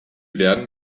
werden